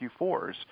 Q4s